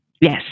Yes